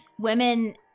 Women